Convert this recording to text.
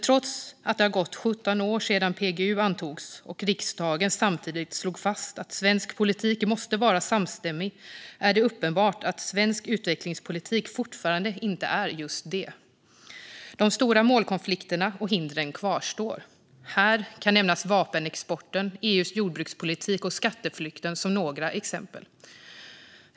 Trots att det har gått 17 år sedan PGU antogs och riksdagen samtidigt slog fast att svensk politik måste vara samstämmig är det uppenbart att svensk utvecklingspolitik fortfarande inte är just det. De stora målkonflikterna och hindren kvarstår. Här kan nämnas vapenexporten, EU:s jordbrukspolitik och skatteflykten som några exempel.